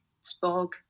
spoke